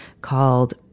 called